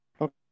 okay